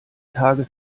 tage